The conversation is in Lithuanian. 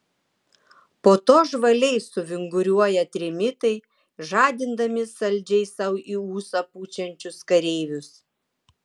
po to žvaliai suvinguriuoja trimitai žadindami saldžiai sau į ūsą pučiančius kareivius